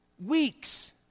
weeks